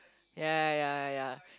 ya ya ya ya ya